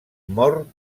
mor